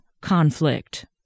conflict